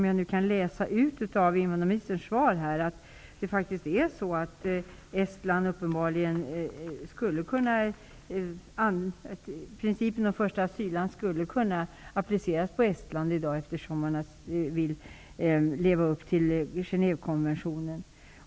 Jag kan läsa ut av svaret att principen om första asylland uppenbarligen skall kunna appliceras på Estland i dag, eftersom Estland vill leva upp till Genèvekonventionen.